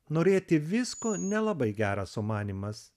norėti visko nelabai geras sumanymas